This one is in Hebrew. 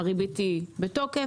הריבית בתוקף,